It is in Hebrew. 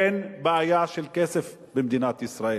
אין בעיה של כסף במדינת ישראל,